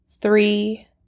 three